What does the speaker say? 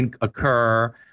occur